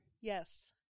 Yes